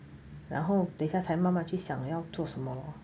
然后等一下才慢慢去想要做什么 lor